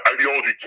ideology